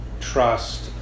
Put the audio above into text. trust